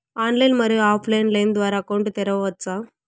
Online, మరియు off line line ద్వారా account తెరవచ్చా?